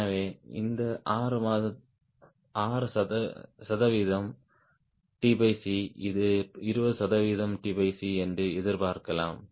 எனவே இது 6 சதவிகிதம் இது 20 சதவிகிதம் என்று எதிர்பார்க்கலாம்